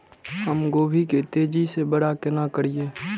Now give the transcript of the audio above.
हम गोभी के तेजी से बड़ा केना करिए?